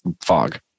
fog